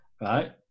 right